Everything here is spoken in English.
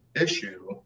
issue